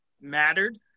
mattered